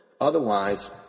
Otherwise